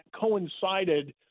coincided